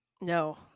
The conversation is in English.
no